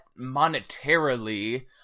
monetarily